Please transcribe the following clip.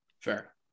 Fair